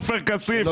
עופר כסיף,